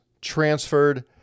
transferred